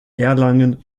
erlangen